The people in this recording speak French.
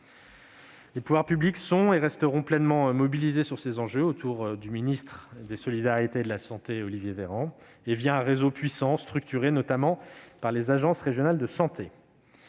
Les pouvoirs publics sont et resteront pleinement mobilisés sur ces enjeux, autour du ministre des solidarités et de la santé, Olivier Véran, et à travers un réseau puissant, structuré, notamment par les agences régionales de santé